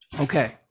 Okay